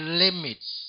limits